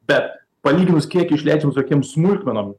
bet palyginus kiek išleidžiam tokiem smulkmenom